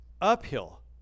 uphill